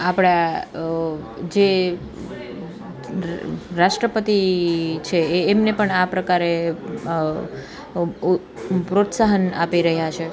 આપણા જે રાષ્ટ્રપતિ છે એમને પણ આ પ્રકારે પ્રોત્સાહન આપી રહ્યાં છે